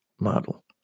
model